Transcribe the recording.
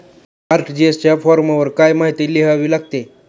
RTGS च्या फॉर्मवर काय काय माहिती लिहावी लागते?